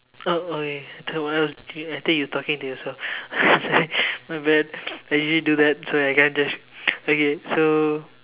oh okay I thought what else I thought you talking to yourself my bad I usually do that so I guess just okay so